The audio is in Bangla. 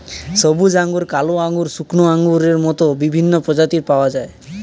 সবুজ আঙ্গুর, কালো আঙ্গুর, শুকনো আঙ্গুরের মত বিভিন্ন প্রজাতির পাওয়া যায়